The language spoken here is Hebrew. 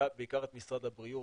בעיקר את משרד הבריאות,